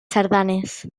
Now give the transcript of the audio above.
sardanes